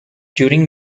during